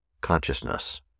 consciousness